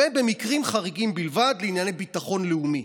ובמקרים חריגים בלבד לענייני ביטחון לאומי.